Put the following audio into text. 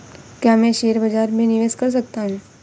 क्या मैं शेयर बाज़ार में निवेश कर सकता हूँ?